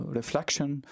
reflection